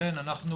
ולכן אנחנו